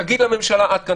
תגיד לממשלה עד כאן.